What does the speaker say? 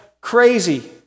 crazy